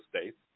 states